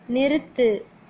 நிறுத்து